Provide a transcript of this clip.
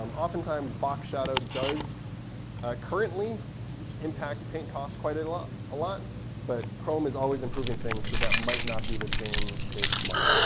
um oftentimes, box shadow does currently impact paint cost quite a lot. but chrome is always improving things. so that might not be the same case tomorrow.